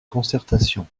concertation